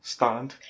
Stand